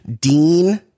dean